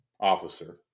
officer